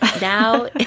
Now